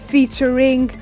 Featuring